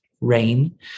rain